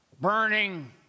burning